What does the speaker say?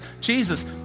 Jesus